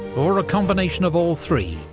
or a combination of all three,